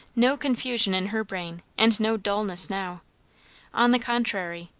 no confusion in her brain, and no dulness now on the contrary,